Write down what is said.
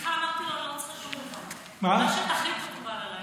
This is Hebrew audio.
בשיחה אמרתי לו שאני לא צריכה שום דבר: מה שתחליט מקובל עליי.